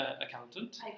accountant